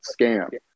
scam